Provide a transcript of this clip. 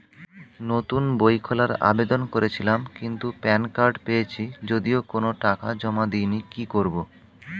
নতুন বই খোলার আবেদন করেছিলাম কিন্তু প্যান কার্ড পেয়েছি যদিও কোনো টাকা জমা দিইনি কি করব?